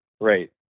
Right